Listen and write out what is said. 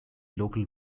local